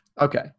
okay